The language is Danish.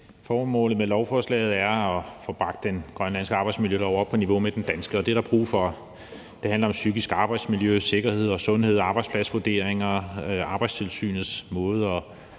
Formålet med lovforslaget er at få bragt den grønlandske arbejdsmiljølov op på niveau med den danske, og det er der brug for. Det handler om psykisk arbejdsmiljø, sikkerhed og sundhed, arbejdspladsvurderinger, Arbejdstilsynets måde